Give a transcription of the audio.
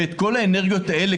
ואת כל האנרגיות האלה,